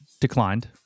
declined